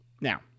Now